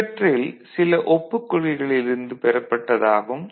இவற்றில் சில ஒப்புக் கொள்கைகளில் இருந்து பெறப்பட்டதாகும்